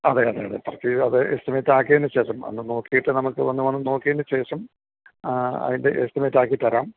അതെ അതെ അതെ ഫസ്റ്റ് അത് എസ്റ്റിമേറ്റാക്കിയതിന് ശേഷം വന്നു നോക്കിയിട്ട് നമുക്ക് വന്ന് ഒന്ന് നോക്കിയതിനു ശേഷം അതിൻ്റെ എസ്റ്റിമേറ്റാക്കി തരാം